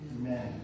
Amen